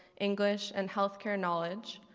english and healthcare knowledge.